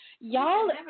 y'all